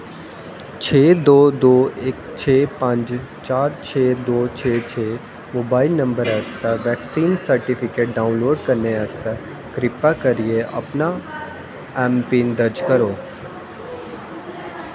छे दो दो इक छे पंज चार छे दो छे छे मोबाइल नंबर आस्तै वैक्सीन सर्टिफिकेट डाउनलोड करने आस्तै कृपा करियै अपना ऐम पिन दर्ज करो